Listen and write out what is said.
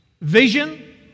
Vision